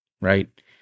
right